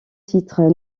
titre